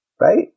right